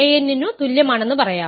an നു തുല്യമാണെന്ന് പറയാം